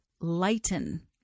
lighten